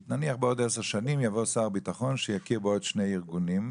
נניח בעוד 10 שנים יבוא שר הביטחון שיכיר בעוד שני ארגונים,